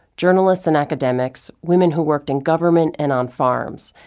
journalists and academics, women who worked in government and on farms,